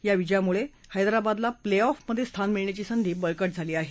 या विजयानं हैदराबादला प्ले ऑफमधे स्थान मिळण्याची संधी बळकट झाली आहे